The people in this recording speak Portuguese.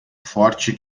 forte